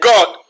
God